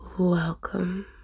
Welcome